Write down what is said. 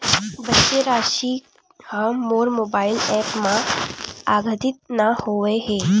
बचे राशि हा मोर मोबाइल ऐप मा आद्यतित नै होए हे